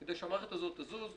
כדי שהמערכת הזו תזוז.